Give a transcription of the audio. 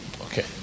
Okay